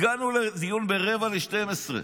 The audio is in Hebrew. הגענו לדיון ב-23:45,